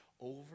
Over